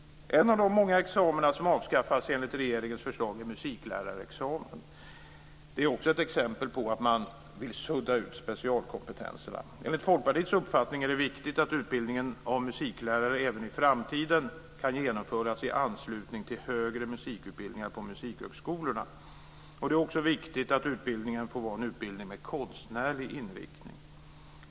En av de många examina som ska avskaffas enligt regeringens förslag är musiklärarexamen. Det är också ett exempel på att man vill sudda ut specialkompetenserna. Enligt Folkpartiets uppfattning är det viktigt att utbildningen av musiklärare även i framtiden kan genomföras i anslutning till högre musikutbildningar på musikhögskolorna. Det är också viktigt att utbildningen får vara en utbildning med konstnärlig inriktning.